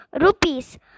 rupees